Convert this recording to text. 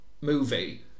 movie